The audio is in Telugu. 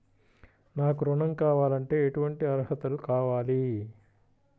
నాకు ఋణం కావాలంటే ఏటువంటి అర్హతలు కావాలి?